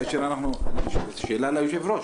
זו שאלה ליושב-ראש.